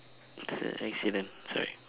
it's a accident sorry